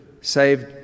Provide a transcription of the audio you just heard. saved